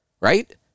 Right